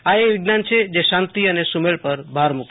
આ એક વિજ્ઞાન છે જે શાંતિ અને સુમેળ પર ભાર મુ કે છે